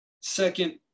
second